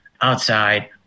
outside